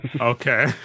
okay